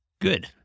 Good